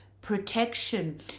protection